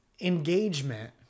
engagement